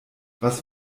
was